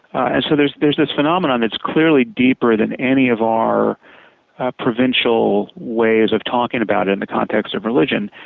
and so there's there's this phenomenon that's clearly deeper than any of our provincial ways of talking about it in the context of religion.